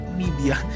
media